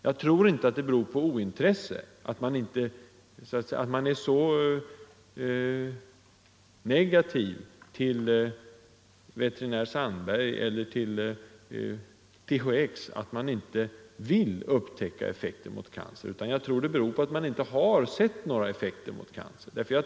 Det beror säkert inte på ointresse eller Måndagen den på att man är så negativ till veterinär Sandberg och THX-preparatet, 2 december 1974 att man inte vill upptäcka medlets effekt mot cancer, utan det beror i stället på att man inte har sett några sådana effekter. Jag förutsätter — Ang.